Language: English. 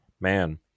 man